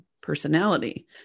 personality